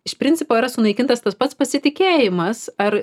iš principo yra sunaikintas tas pats pasitikėjimas ar